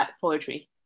poetry